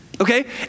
Okay